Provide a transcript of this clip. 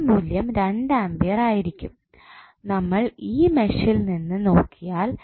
യുടെ മൂല്യം 2 ആംപിയർ ആയിരിക്കും നമ്മൾ ഈ മെഷിൽ നിന്ന് നോക്കിയാൽ